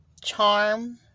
charm